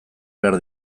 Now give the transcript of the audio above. behar